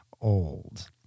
old